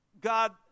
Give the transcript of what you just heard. God